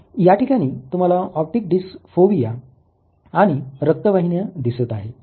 याठिकाणी तुम्हाला optic disc fovea आणि रक्तवाहिन्या दिसत आहे